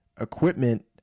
equipment